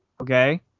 Okay